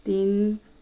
तिन